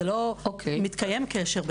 מתקיים קשר.